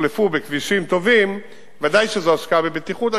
יוחלפו בכבישים טובים, ודאי שזו השקעה בבטיחות.